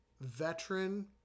veteran